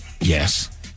Yes